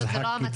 אז חכי,